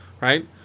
right